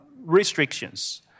restrictions